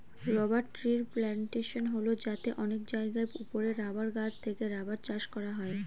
rubber ট্রির plantation হল যাতে অনেক জায়গার ওপরে রাবার গাছ থেকে রাবার চাষ করা হয়